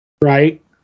right